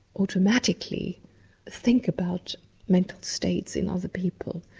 automatically think about mental states in other people,